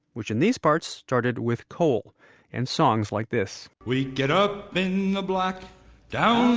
which in these parts started with coal and songs like this we get up in the black down